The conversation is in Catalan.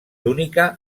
única